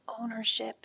ownership